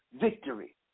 victory